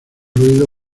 ruido